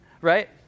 Right